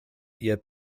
yet